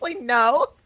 no